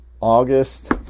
August